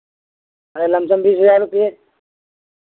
अरे लमसम बीस हज़ार रुपए